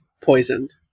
poisoned